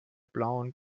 blauen